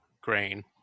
grain